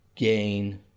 Gain